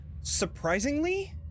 surprisingly